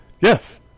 Yes